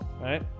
right